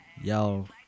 Y'all